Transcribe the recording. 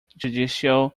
judicial